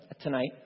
tonight